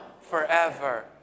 forever